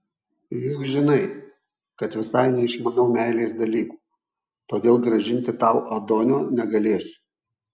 juk žinai kad visai neišmanau meilės dalykų todėl grąžinti tau adonio negalėsiu